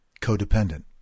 codependent